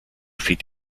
fit